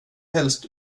helst